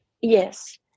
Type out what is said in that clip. Yes